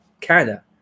Canada